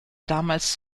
damals